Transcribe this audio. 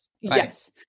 yes